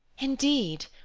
indeed!